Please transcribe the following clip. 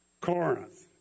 Corinth